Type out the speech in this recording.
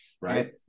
right